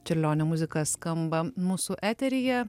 čiurlionio muzika skamba mūsų eteryje